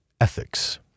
ethics